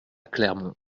clermont